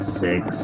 six